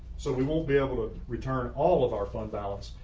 so we won't be able to return all of our fund balance,